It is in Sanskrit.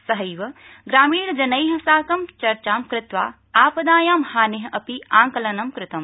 सहैव ग्रामीणजनै साकं चर्चा ं कृत्वा आपदायां हाने अपि आकलनं कृतम्